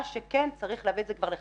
מה שכן, צריך להביא את זה לחקיקה.